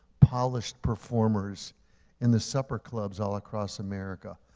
polished performers in the supper clubs all across america,